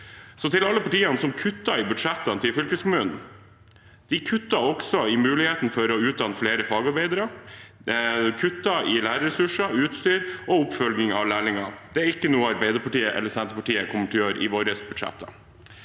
Alle partiene som kutter i budsjettene til fylkeskommunen, kutter også i muligheten for å utdanne flere fagarbeidere, kutter i lærerressurser, utstyr og oppfølging av lærlinger. Det er ikke noe Arbeiderpartiet eller Senterpartiet kommer til å gjøre i våre budsjetter.